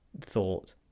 thought